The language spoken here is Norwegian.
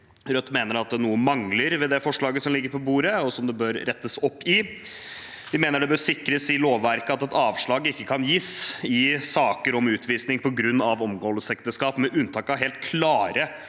Rødt mener at noe mangler ved dette forslaget som ligger på bordet, som det bør rettes opp i. Vi mener det bør sikres i lovverket at et avslag ikke kan gis i saker om utvisning på grunn av omgåelsesekteskap uten at partene